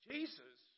Jesus